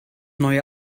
neue